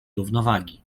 równowagi